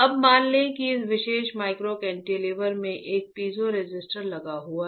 अब मान लें कि इस विशेष माइक्रो कैंटिलीवर में एक पीजो रेसिस्टर लगा हुआ है